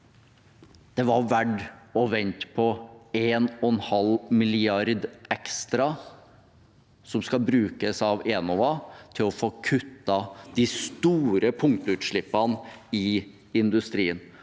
Det var også verdt å vente på 1,5 mrd. kr ekstra som skal brukes av Enova til å få kuttet de store punktutslippene i industrien.